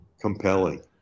compelling